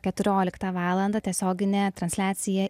keturioliktą valandą tiesioginė transliacija